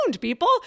people